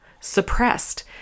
suppressed